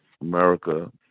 America